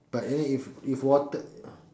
but then if if water